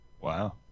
wow